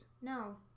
No